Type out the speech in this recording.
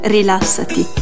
Rilassati